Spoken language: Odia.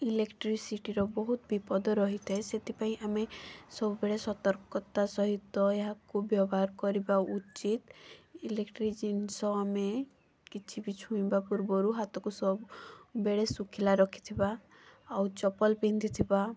ଇଲେଟ୍ରିସିଟିର ବହୁତ ବିପଦ ରହିଥାଏ ସେଥିପାଇଁ ଆମେ ସବୁବେଳେ ସତର୍କତା ସହିତ ଏହାକୁ ବ୍ୟବହାର କରିବା ଉଚିତ୍ ଇଲେଟ୍ରିକ୍ ଜିନିଷ ଆମେ କିଛି ବି ଛୁଇଁବା ପୂର୍ବରୁ ହାତକୁ ସବୁବେଳେ ଶୁଖିଲା ରଖିଥିବା ଆଉ ଚପଲ ପିନ୍ଧିଥିବା